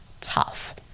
tough